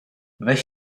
weź